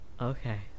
Okay